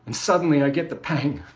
and suddenly i get the pangof